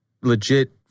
legit